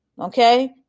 okay